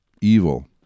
evil